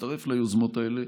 להצטרף ליוזמות האלה,